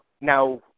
Now